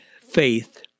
faith